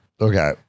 okay